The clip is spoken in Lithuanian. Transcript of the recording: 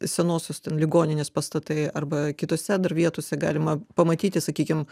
senosios ten ligoninės pastatai arba kitose dar vietose galima pamatyti sakykim